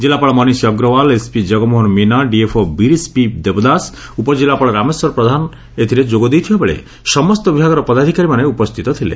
କିଲ୍ଲାପାଳ Manish Agrawal SP Jagmohan Meena DFO Birish P Debdas ଉପ ଜିଲ୍ଲାପାଳ ରାମେଶ୍ୱର ପ୍ରଧାନ ଯୋଗ ଦେଇଥିବା ବେଳେ ସମସ୍ତ ବିଭାଗର ପଦାଧିକାରୀ ମାନେ ଉପସ୍ଥିତ ଥିଲେ